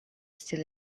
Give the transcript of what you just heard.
still